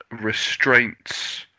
restraints